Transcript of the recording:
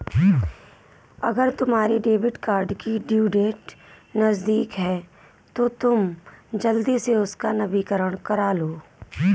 अगर तुम्हारे debit card की ड्यू डेट नज़दीक है तो तुम जल्दी से उसका नवीकरण करालो